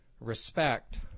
respect